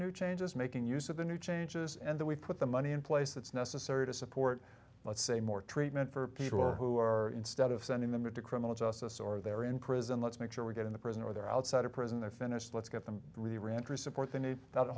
new changes making use of the new changes and that we put the money in place that's necessary to support let's say more treatment for people who are instead of sending them to criminal justice or they're in prison let's make sure we get in the prison or they're outside of prison they're finished let's get them really ranter support they need that